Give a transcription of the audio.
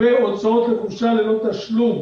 והוצאות לחופשה ללא תשלום